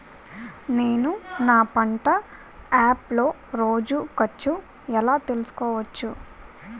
నేను నా పంట యాప్ లో రోజు ఖర్చు ఎలా తెల్సుకోవచ్చు?